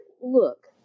look